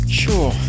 sure